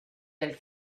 del